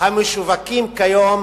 המשווקים כיום,